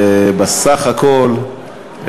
בסך הכול,